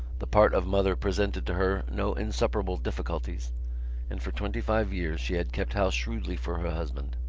the part of mother presented to her no insuperable difficulties and for twenty-five years she had kept house shrewdly for her husband.